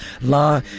La